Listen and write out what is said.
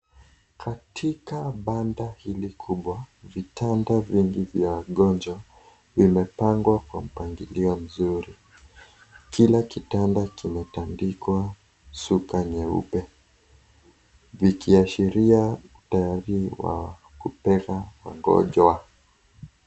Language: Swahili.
Katika banda hili kubwa vitanda vingi vya wagonjwa vimepangwa kwa mpangilio mzuri. Kila kitanda kimetandikwa shuka nyeupe vikiashiria utayari wa kupewa wagonjwa.